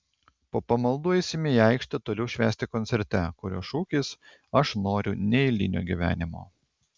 po pamaldų eisime į aikštę toliau švęsti koncerte kurio šūkis aš noriu neeilinio gyvenimo